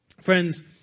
Friends